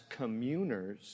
communers